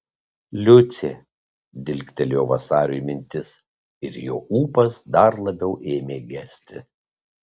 liucė dilgtelėjo vasariui mintis ir jo ūpas dar labiau ėmė gesti